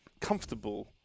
comfortable